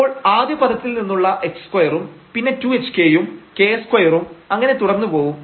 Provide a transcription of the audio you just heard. അപ്പോൾ ആദ്യ പദത്തിൽ നിന്നുള്ള h2 ഉം പിന്നെ 2 hk യും k2 ഉം അങ്ങനെ തുടർന്നു പോവും